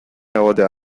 egotea